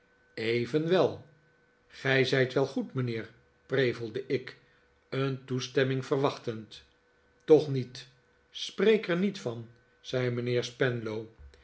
evenwel gij zijt wel goed mijnheer prevelde ik een toestemming verwachtend toch niet spreek er niet van zei mijnheer spenlow